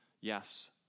Yes